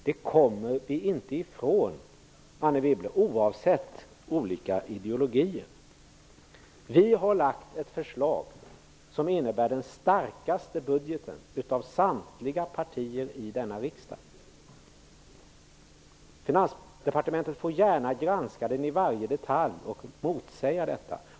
Det kommer vi inte ifrån, Anne Wibble, oavsett olika ideologier. Vänsterpartiet har lagt fram ett förslag som innebär den starkaste budgeten av samtliga partiers i denna riksdag. Finansdepartementet får gärna granska förslaget i varje detalj och motsäga detta.